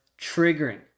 triggering